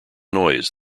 noise